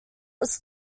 was